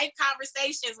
conversations